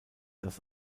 dass